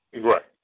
Right